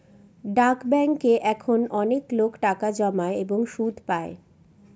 ডাক ব্যাঙ্কে এখন অনেকলোক টাকা জমায় এবং সুদ পাই